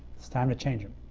it's time to change him.